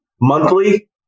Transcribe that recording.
monthly